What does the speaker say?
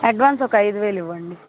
advance ఒక ఐదు వేలు ఇవ్వండి